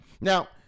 Now